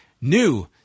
new